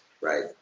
Right